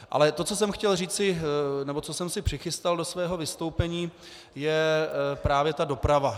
Ale to, co jsem chtěl říci, nebo co jsem si přichystal do svého vystoupení, je právě ta doprava.